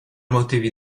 motivi